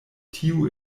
tiu